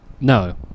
No